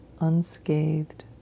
unscathed